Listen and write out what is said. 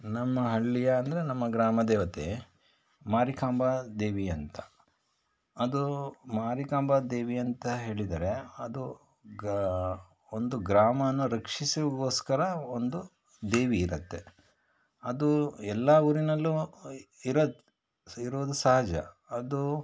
ನಮ್ಮ ಹಳ್ಳಿಯ ಅಂದರೆ ನಮ್ಮ ಗ್ರಾಮ ದೇವತೆ ಮಾರಿಕಾಂಬ ದೇವಿ ಅಂತ ಅದು ಮಾರಿಕಾಂಬ ದೇವಿ ಅಂತ ಹೇಳಿದರೆ ಅದು ಗಾ ಒಂದು ಗ್ರಾಮವನ್ನು ರಕ್ಷಿಸುವ್ಗೋಸ್ಕರ ಒಂದು ದೇವಿ ಇರುತ್ತೆ ಅದು ಎಲ್ಲ ಊರಿನಲ್ಲೂ ಇರತ್ತೆ ಇರೋದು ಸಹಜ ಅದು